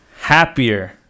Happier